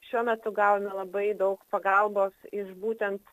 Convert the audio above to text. šiuo metu gauna labai daug pagalbos iš būtent